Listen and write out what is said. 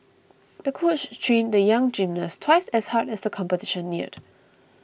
the coach trained the young gymnast twice as hard as the competition neared